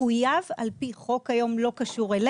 מחויב על פי חוק היום לא קשור אלינו